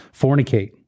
fornicate